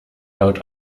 laut